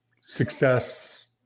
success